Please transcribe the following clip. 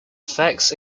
effects